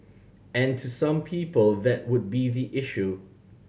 and to some people that would be the issue